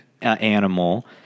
animal